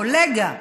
קולגה,